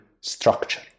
structure